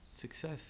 success